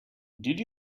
did